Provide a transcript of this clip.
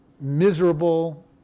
miserable